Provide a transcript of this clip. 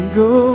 go